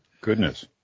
Goodness